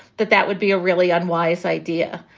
that that would be a really unwise idea.